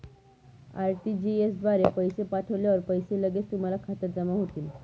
RTGS द्वारे पैसे पाठवल्यावर पैसे लगेच तुमच्या खात्यात जमा होतील